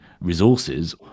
resources